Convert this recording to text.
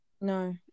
No